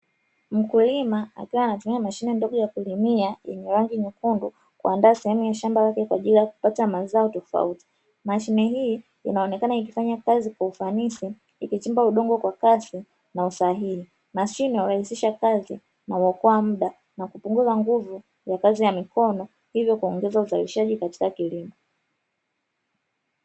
Mkulima akiwa anatumia mashine ndogo ya kulimia yenye rangi nyekundu kuandaa sehemu ya shamba lake kwa ajili ya kupata mazao tofauti. Mashine hii inaonekana ikifanya kazi kwa ufanisi ikichimba udongo kwa kasi na usahihi. Mashine hurahisisha kazi na kuokoa muda na kupunguza nguvu ya kazi ya mikono hivyo kuongeza uzalishaji katika kilimo.